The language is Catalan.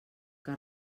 que